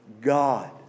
God